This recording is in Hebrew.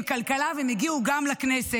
עם אנשי כלכלה והם הגיעו גם לכנסת.